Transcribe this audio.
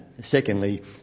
Secondly